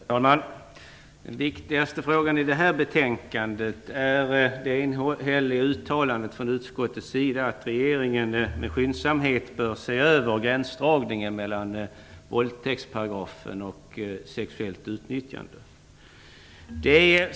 Herr talman! Den viktigaste frågan i det här betänkandet är det enhälliga uttalandet från utskottet om att regeringen med skyndsamhet bör se över gränsdragningen mellan brottsrubriceringarna våldtäkt och sexuellt utnyttjande.